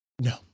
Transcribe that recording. No